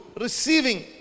receiving